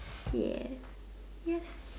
ya yes